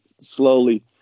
slowly